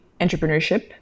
entrepreneurship